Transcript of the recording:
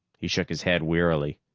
he shook his head wearily.